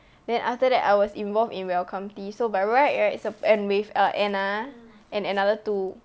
then after that I was involved in welcome tea so by right right suppo~ and with err anna and another two